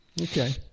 Okay